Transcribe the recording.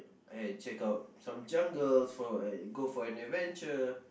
and check out some jungles for go for an adventure